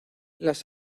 las